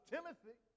Timothy